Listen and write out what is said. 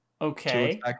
okay